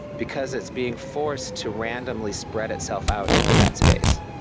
because it's being forced to randomly spread itself out into that space.